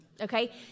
okay